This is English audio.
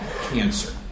cancer